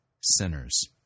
sinners